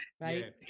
right